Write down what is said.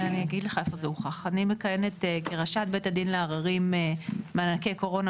אני מכהנת כראשת בית הדין לערערים מענקי קורונה,